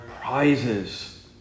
prizes